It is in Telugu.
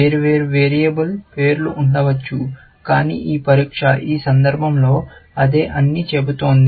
వేర్వేరు వేరియబుల్ పేర్లు ఉండవచ్చు కానీ ఈ పరీక్ష ఈ సందర్భంలో అదే అని చెబుతోంది